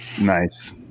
Nice